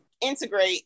integrate